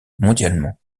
mondialement